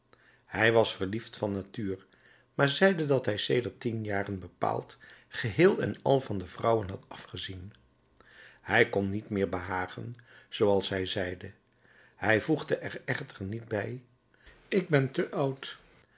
hij was verliefd van natuur maar zeide dat hij sedert tien jaren bepaald geheel en al van de vrouwen had afgezien hij kon niet meer behagen zooals hij zeide hij voegde er echter niet bij ik ben te oud